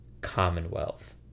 Commonwealth